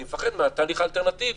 אני פוחד מהתהליך האלטרנטיבי,